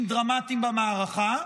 הישגים דרמטיים במערכה,